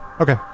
Okay